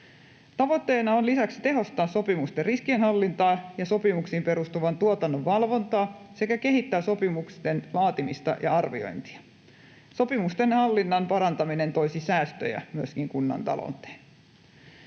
Tavoitteena on lisäksi tehostaa sopimusten riskienhallintaa ja sopimuksiin perustuvan tuotannon valvontaa sekä kehittää sopimusten laatimista ja arviointia. Sopimusten hallinnan parantaminen toisi säästöjä myöskin kunnan talouteen.